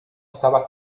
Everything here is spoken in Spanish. estaba